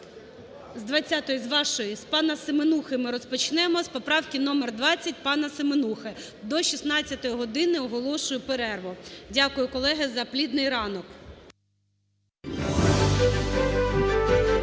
З 20-ї, з вашої, з пана Семенухи ми розпочнемо, з поправки номер 20, пана Семенухи. До 16-ї години оголошую перерву. Дякую, колеги, за плідний ранок.